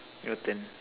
Newton